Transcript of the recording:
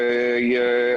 אם אני זוכר את זה.